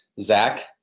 Zach